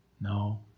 No